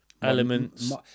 Elements